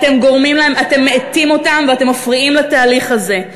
אתם מאטים אותם ומפריעים לתהליך הזה.